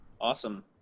Awesome